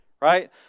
right